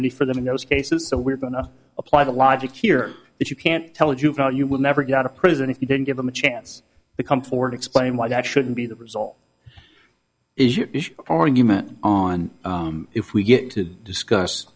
opportunity for them in those cases so we're gonna apply the logic here that you can't tell a juvenile you will never get out of prison if you didn't give them a chance to come forward explain why that shouldn't be the result is your argument on if we get to discuss